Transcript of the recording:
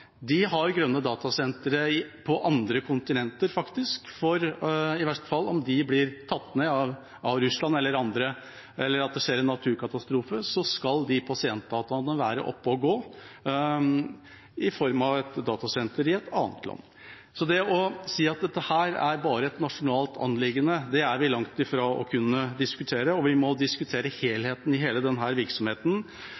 De har grønne datasentre på andre kontinenter, for om datasentrene i verste fall blir tatt ned av Russland, eller det skjer en naturkatastrofe, skal pasientdataene være oppe og gå i form av et datasenter i et annet land. Så at dette bare er et nasjonalt anliggende, er vi langt fra å kunne si, og vi må diskutere